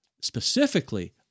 specifically